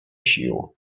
sił